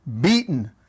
beaten